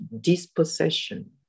dispossession